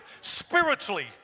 spiritually